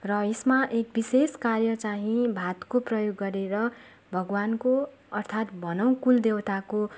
र यसमा एक विशेष कार्य चाँहि भातको प्रयोग गरेर भगवान्को अर्थात् भनौँ कुल देवताको